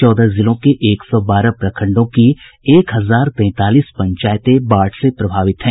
चौदह जिलों के एक सौ बारह प्रखंडों की एक हजार तैंतालीस पंचायतें बाढ़ से प्रभावित हैं